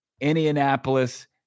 Indianapolis